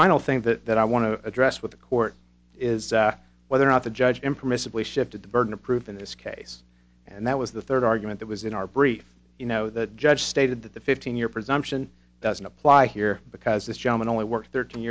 final thing that that i want to address with the court is whether or not the judge impermissibly shifted the burden of proof in this case and that was the third argument that was in our brief you know the judge stated that the fifteen year presumption doesn't apply here because this gentleman only worked thirteen